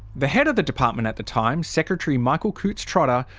the head of the department at the time, secretary michael coutts-trotter,